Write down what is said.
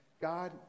God